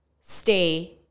stay